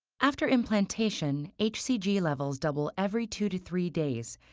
after implantation, hcg levels double every two to three days,